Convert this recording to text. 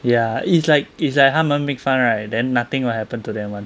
ya it's like it's like 他们 make fun right then nothing will happen to them [one]